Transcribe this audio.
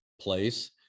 place